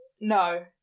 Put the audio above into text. No